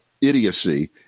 idiocy